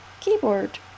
keyboard